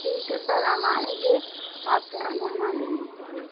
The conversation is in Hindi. ठीक है सर हम आएँगे आपके यहाँ गहना लेने के लिए